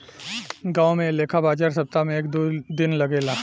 गांवो में ऐ लेखा बाजार सप्ताह में एक दू दिन लागेला